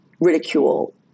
ridicule